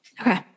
Okay